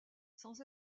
sans